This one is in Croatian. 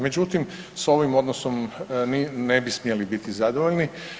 Međutim, s ovim odnosom ne bi smjeli biti zadovoljni.